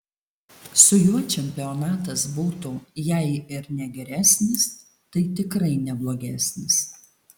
su juo čempionatas būtų jei ir ne geresnis tai tikrai ne blogesnis